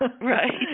Right